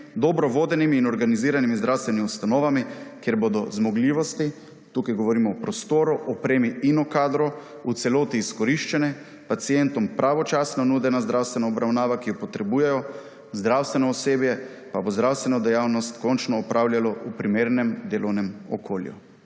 dobro vodenimi in organiziranimi zdravstvenimi ustanovami, kjer bodo zmogljivosti, tukaj govorimo o prostoru, opremi in o kadru, v celoti izkoriščene, pacientom pravočasno nudena zdravstvena obravnava, ki jo potrebujejo, zdrvstveno osebje pa bo zdravstveno dejavnost končno opravljalo v primernem delovnem okolju.